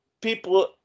people